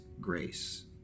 grace